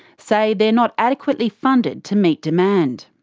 say they're not adequately funded to meet demand.